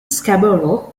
scarborough